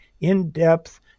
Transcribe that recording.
in-depth